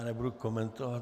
Nebudu komentovat.